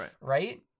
Right